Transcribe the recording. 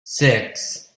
six